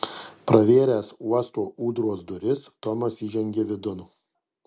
pravėręs uosto ūdros duris tomas įžengė vidun